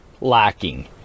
lacking